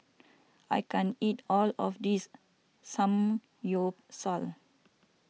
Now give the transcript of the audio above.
I can't eat all of this Samgyeopsal